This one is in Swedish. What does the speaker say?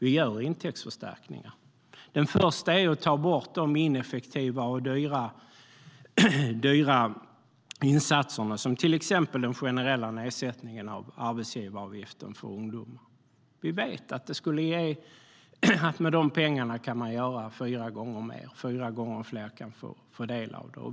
Det första vi gör är att ta bort de ineffektiva och dyra insatserna, som till exempel den generella nedsättningen av arbetsgivaravgiften för ungdomar. Vi vet att man med de pengarna kan göra fyra gånger mer - att fyra gånger fler kan få del av dem.